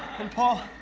and paul